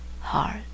heart